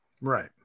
Right